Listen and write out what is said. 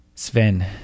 Sven